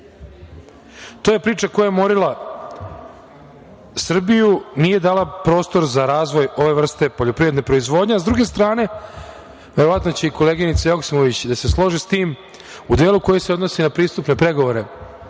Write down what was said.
To je priča koja je morila Srbiju, nije dala prostor za razvoj ove vrste poljoprivredne proizvodnje, a sa druge strane, verovatno će i koleginica Joksimović da se složi sa tim, u delu koji se odnosi na pristupne pregovore